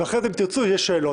ואחרי זה אם תרצו יהיו שאלות.